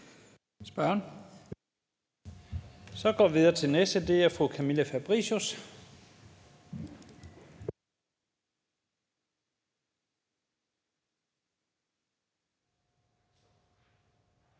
Så går vi videre til den næste. Det er fru Camilla Fabricius.